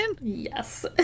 Yes